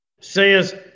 says